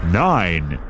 nine